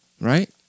right